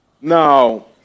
Now